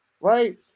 right